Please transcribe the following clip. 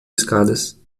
escadas